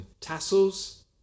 Tassels